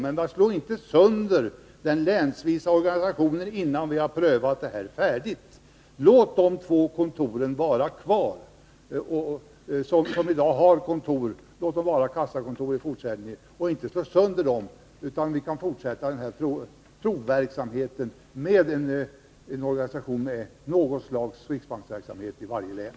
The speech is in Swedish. Men slå inte sönder den länsvisa organisationen, innan vi prövat detta färdigt. Låt de två kontor vi har i dag få vara kassakontor även i fortsättningen och slå inte ut dem! Vi bör fortsätta denna provverksamhet med depåer på annat sätt än att ta bort riksbanksverksamheten från vissa län.